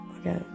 Okay